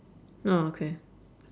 oh okay